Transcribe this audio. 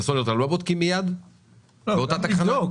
האם את הסולר אתם לא בודקים מיד באותה תחנה?